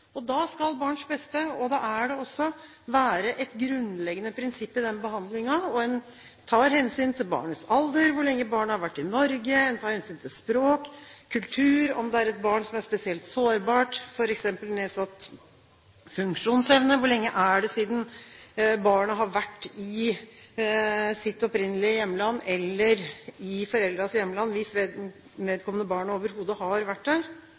Da skal barns beste – og det er det også – være et grunnleggende prinsipp i behandlingen. Man tar hensyn til barnets alder, hvor lenge barnet har vært i Norge, en tar hensyn til språk, kultur, om det er et barn som er spesielt sårbart, f.eks. nedsatt funksjonsevne, hvor lenge det er siden barnet har vært i sitt opprinnelige hjemland eller i foreldrenes hjemland – hvis vedkommende barn overhodet har vært der